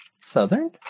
Southern